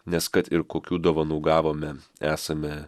nes kad ir kokių dovanų gavome esame